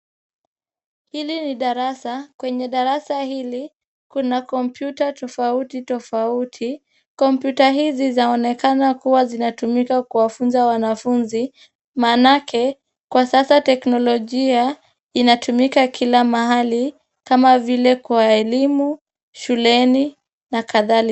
Hili ni darasa, kwenye darasa hili kuna kompyuta tofauti tofauti. Kompyuta hizi zaonekana kuwa zinatumika kuwafunza wanafunzi maanake kwa sasa teknolojia inatumika kila mahali kama vile kwa elimu, shuleni na kadhalika.